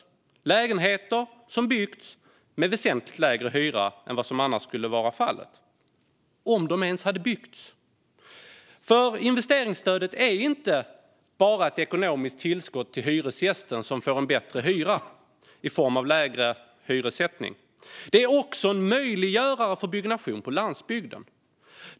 Dessa lägenheter har byggts med väsentligt lägre hyra än vad som annars skulle vara fallet, om de ens hade byggts. Investeringsstödet är inte bara ett ekonomiskt tillskott till hyresgästen, som får lägre hyra. Det är också en möjliggörare för byggnation på landsbygden.